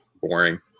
boring